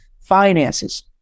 Finances